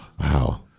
Wow